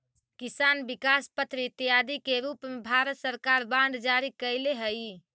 किसान विकास पत्र इत्यादि के रूप में भारत सरकार बांड जारी कैले हइ